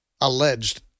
alleged